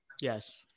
Yes